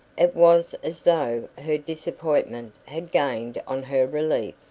it was as though her disappointment had gained on her relief.